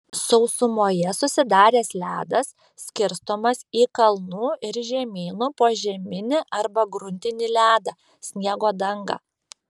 sausumoje susidaręs ledas skirstomas į kalnų ir žemynų požeminį arba gruntinį ledą sniego dangą